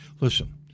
listen